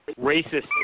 racist